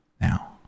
Now